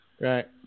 Right